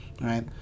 right